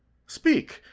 speak,